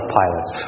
pilots